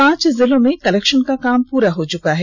पांच जिलों में कलेक्षन का काम पुरा हो चुका है